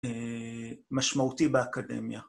משמעותי באקדמיה.